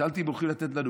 שאלתי אם הולכים לתת לנו,